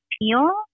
feel